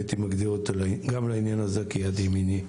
הייתי מגדיר אותו גם לעניין הזה כיד ימיני.